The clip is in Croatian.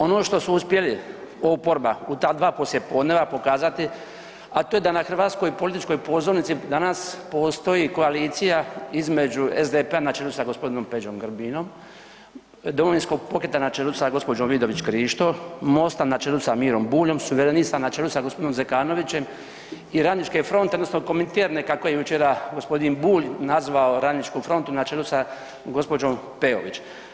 Ono što su uspjeli, oporba u ta dva poslijepodneva pokazati, a to je da na hrvatskoj političkoj pozornici danas postoji koalicija između SDP-a na čelu s g. Peđom Grbinom, Domovinskog pokreta na čelu s gđom. Vidović Krišto, Mosta na čelu s Mirom Buljom, Suverenista na čelu s g. Zekanovićem i Radničke fronte, odnosno Kominterne, kako je jučer g. Bulj nazvao Radničku frontu na čelu sa gđom. Peović.